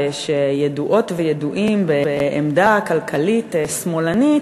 שידועות וידועים בעמדה כלכלית שמאלנית,